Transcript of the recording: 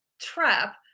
trap